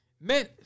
Man